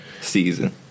season